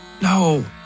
No